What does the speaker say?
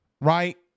right